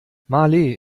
malé